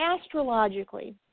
astrologically